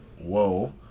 Whoa